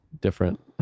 Different